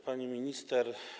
Pani Minister!